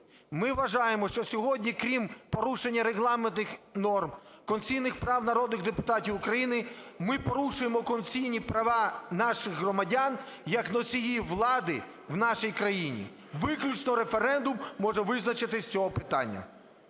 Ми вважаємо, що сьогодні, крім порушення регламентних норм, конституційних прав народних депутатів України, ми порушуємо конституційні права наших громадян як носіїв влади в нашій країні. Виключно референдум може визначитись з цього питання.